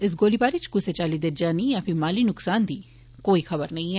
इस गोलीबारी इच कुसै चाली दे जानी या फीह माली नुक्सान दी कोई खबर नेई ऐ